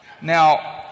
Now